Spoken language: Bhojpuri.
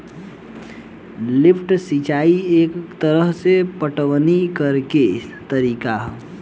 लिफ्ट सिंचाई एक तरह के पटवनी करेके तरीका ह